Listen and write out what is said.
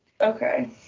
Okay